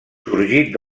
sorgit